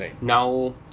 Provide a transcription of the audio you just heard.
Now